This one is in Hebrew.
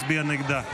מצביע נגדה.